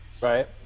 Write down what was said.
Right